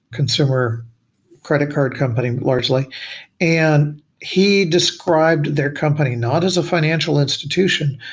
consumer credit card company largely and he described their company not as a financial institution,